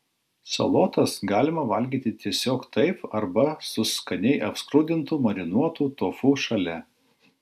salotas galima valgyti tiesiog taip arba su skaniai apskrudintu marinuotu tofu šalia